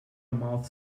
mouth